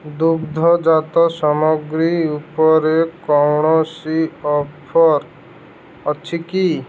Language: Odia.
ଦୁଗ୍ଧଜାତ ସାମଗ୍ରୀ ଉପରେ କୌଣସି ଅଫର୍ ଅଛି କି